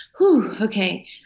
Okay